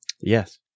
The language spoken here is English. Yes